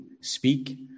speak